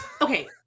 okay